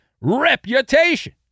reputation